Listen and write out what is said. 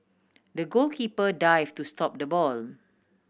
the goalkeeper dive to stop the ball